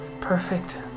perfect